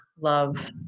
love